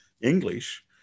English